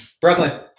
Brooklyn